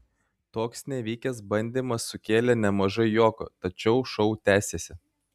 toks nevykęs bandymas sukėlė nemažai juoko tačiau šou tęsėsi